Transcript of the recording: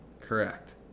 Correct